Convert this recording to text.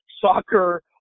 soccer